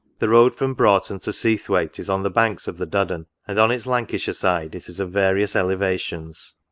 the road from broughton to seathwaite is on the banks of the duddon, and on its lancashire side it is of various elevations.